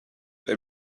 they